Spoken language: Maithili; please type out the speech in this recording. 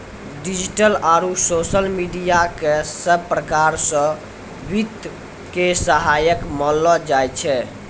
डिजिटल आरू सोशल मिडिया क सब प्रकार स वित्त के सहायक मानलो जाय छै